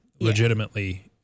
legitimately